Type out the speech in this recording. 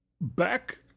Back